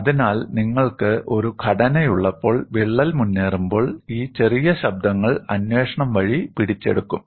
അതിനാൽ നിങ്ങൾക്ക് ഒരു ഘടനയുള്ളപ്പോൾ വിള്ളൽ മുന്നേറുമ്പോൾ ഈ ചെറിയ ശബ്ദങ്ങൾ അന്വേഷണം വഴി പിടിച്ചെടുക്കും